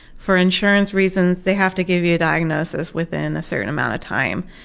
for insurance reasons they have to give you a diagnosis within a certain amount of time.